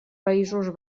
països